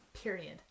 period